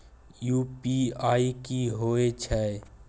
UPI की होय छै?